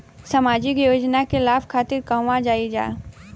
सामाजिक योजना के लाभ खातिर कहवा जाई जा?